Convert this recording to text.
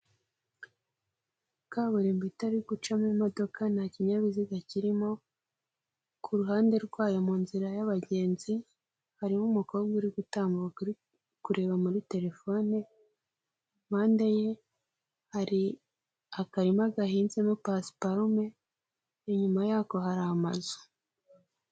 Kaburimbo itari gucamo imodoka nta kinyabiziga kirimo, ku ruhande rwayo mu nzira y'abagenzi harimo umukobwa uri gutambuka uri kureba muri telefone, impande ye hari akarima gahinzemo pasiparume, inyuma yako hari amazu.